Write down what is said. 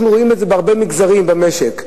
אנחנו רואים את זה בהרבה מגזרים במשק: